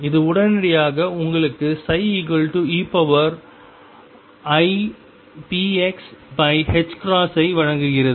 இது உடனடியாக உங்களுக்கு ψeipx ஐ வழங்குகிறது